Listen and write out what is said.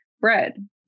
bread